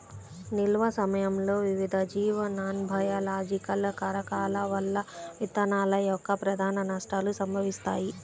నిల్వ సమయంలో వివిధ జీవ నాన్బయోలాజికల్ కారకాల వల్ల విత్తనాల యొక్క ప్రధాన నష్టాలు సంభవిస్తాయి